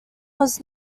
was